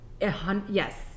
Yes